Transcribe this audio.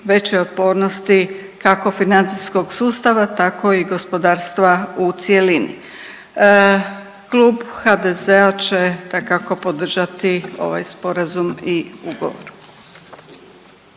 većoj otpornosti kako financijskog sustava tako i gospodarstva u cjelini. Klub HDZ-a će dakako podržati ovaj sporazum i ugovor.